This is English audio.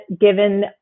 given